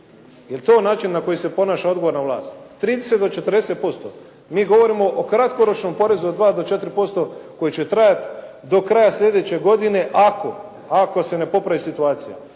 Je li to način na koji se ponaša odgovorna vlast? 30-40%. Mi govorimo o kratkoročnom porezu od 2-4% koji će trajati do kraja sljedeće godine, ako se ne popravi situacija.